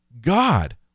God